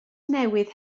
newydd